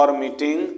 meeting